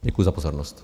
Děkuji za pozornost.